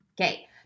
okay